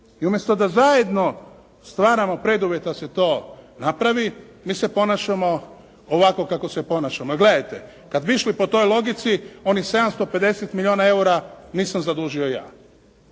I umjesto da zajedno stvaramo preduvjet da se to napravi, mi se ponašamo ovako kako se ponašamo. Jer gledajte, kad bi išli po toj logici onih 750 milijuna eura nisam zadužio ja,